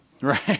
Right